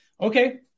Okay